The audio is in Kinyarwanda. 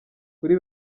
kuri